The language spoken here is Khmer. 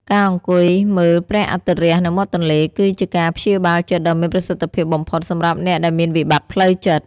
ការអង្គុយមើលព្រះអាទិត្យរះនៅមាត់ទន្លេ គឺជាការព្យាបាលចិត្តដ៏មានប្រសិទ្ធភាពបំផុតសម្រាប់អ្នកដែលមានវិបត្តិផ្លូវចិត្ត។